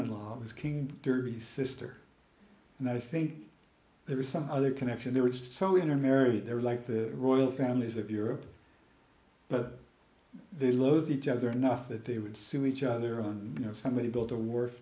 in law was king dirty sister and i think there was some other connection they were just so in are married they're like the royal families of europe but they lose each other enough that they would sue each other and you know somebody's daughter worth